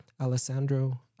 Alessandro